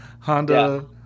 Honda